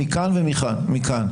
מכאן ומכאן.